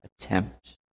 attempt